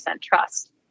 trust